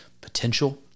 potential